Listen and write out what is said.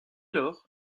lors